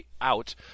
out